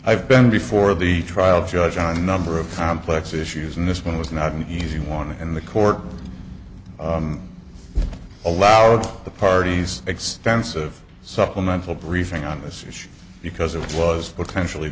i've been before the trial judge on a number of complex issues and this one was not an easy one and the court allowed the parties extensive supplemental briefing on this issue because it was potentially